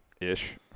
Ish